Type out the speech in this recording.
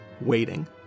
waiting